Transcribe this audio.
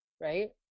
Right